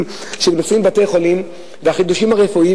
שנמצאים בבתי-חולים והחידושים הרפואיים,